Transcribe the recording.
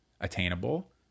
attainable